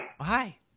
Hi